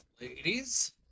Ladies